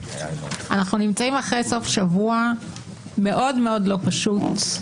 אנחנו נמצאים אחרי סוף שבוע מאוד מאוד לא פשוט,